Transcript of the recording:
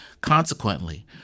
Consequently